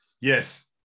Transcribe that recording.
yes